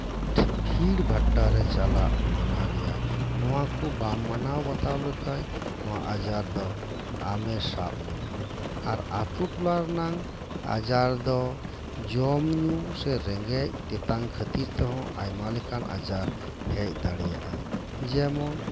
ᱵᱷᱤᱲᱵᱷᱟᱴᱴᱟ ᱨᱮ ᱪᱟᱞᱟᱜ ᱢᱟᱱᱟᱜᱮᱭᱟ ᱱᱚᱶᱟ ᱠᱚ ᱵᱟᱢ ᱢᱟᱱᱟᱣ ᱵᱟᱛᱟᱣ ᱞᱮᱠᱷᱟᱱ ᱱᱚᱶᱟ ᱟᱡᱟᱨ ᱫᱚ ᱟᱢᱮ ᱥᱟᱵ ᱢᱮᱭᱟ ᱟᱨ ᱟᱹᱛᱩ ᱴᱚᱞᱟ ᱨᱮᱱᱟᱝ ᱟᱡᱟᱨ ᱫᱚ ᱡᱚᱢ ᱧᱩ ᱥᱮ ᱨᱮᱸᱜᱮᱡ ᱛᱮᱛᱟᱝ ᱠᱷᱟᱹᱛᱤᱨ ᱛᱮᱦᱚᱸ ᱟᱭᱢᱟᱞᱮᱠᱟᱱ ᱟᱡᱟᱨ ᱦᱮᱡ ᱫᱟᱲᱮᱭᱟᱜᱼᱟ ᱡᱮᱢᱚᱱ